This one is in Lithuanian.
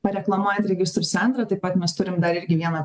pareklamuojant registrų centrą taip pat mes turim dar irgi vieną